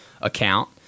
account